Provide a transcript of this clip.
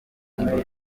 hano